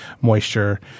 moisture